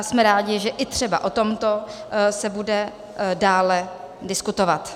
Jsme rádi, že třeba i o tomto se bude dále diskutovat.